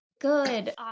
good